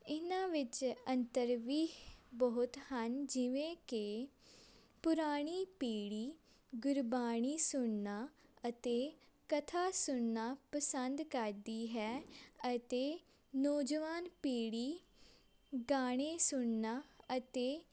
ਇਹਨਾਂ ਵਿੱਚ ਅੰਤਰ ਵੀ ਬਹੁਤ ਹਨ ਜਿਵੇਂ ਕਿ ਪੁਰਾਣੀ ਪੀੜ੍ਹੀ ਗੁਰਬਾਣੀ ਸੁਣਨਾ ਅਤੇ ਕਥਾ ਸੁਣਨਾ ਪਸੰਦ ਕਰਦੀ ਹੈ ਅਤੇ ਨੌਜਵਾਨ ਪੀੜ੍ਹੀ ਗਾਣੇ ਸੁਣਨਾ ਅਤੇ